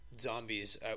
zombies